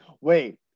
wait